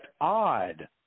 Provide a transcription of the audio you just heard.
odd